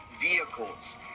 vehicles